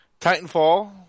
Titanfall